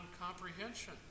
comprehension